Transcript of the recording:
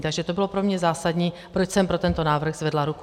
Takže to bylo pro mě zásadní, proč jsem pro tento návrh zvedla ruku.